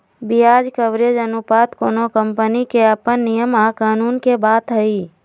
ब्याज कवरेज अनुपात कोनो कंपनी के अप्पन नियम आ कानून के बात हई